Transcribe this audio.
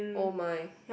oh my